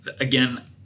Again